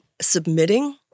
submitting